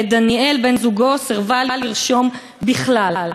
ואת דניאל בן-זוגו סירבה לרשום בכלל.